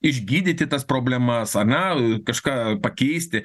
išgydyti tas problemas ar ne kažką pakeisti